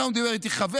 היום דיבר איתי חבר.